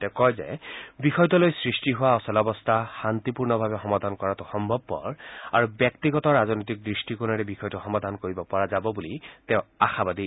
তেওঁ কয় যে বিষয়টো লৈ সৃষ্টি হোৱা অচলাৱস্থা শান্তিপূৰ্ণভাৱে সমাধান কৰাটো সম্ভৱপৰ আৰু ব্যক্তিগত ৰাজনৈতিক দৃষ্টিকোণেৰে বিষয়টো সমাধান কৰিব পৰা যাব বুলি তেওঁ আশাবাদী